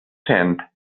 cent